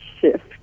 shift